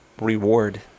reward